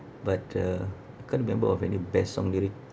but uh I can't remember of any best song lyric